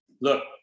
Look